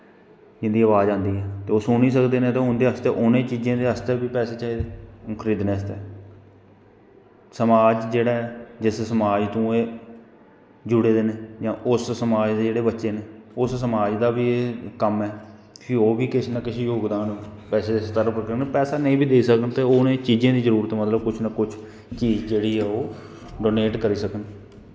जिंदी आवाज़ आंदी ते ओह् सुनी सकदे नै ते उंदे आस्तै उनें चीजें दे आस्तै बी पैसे चाही दे खरीदनै आस्तै समाज जेह्ड़ा ऐ जिस समाज तों एह् जुड़े दे न जां उस समाज दे जेह्ड़े बच्चे न उस समाज दा बी कम्म ऐ फ्ही ओह् बी कुस ना कुछ जोगदान पैसे शैसे पैसे नेंई बी देई सकन ते उनें चीजें दी जरूरत मतलव कुछ ना कुछ चीज़ जेह्ड़ी ऐ ओह् डोनेट करी सकन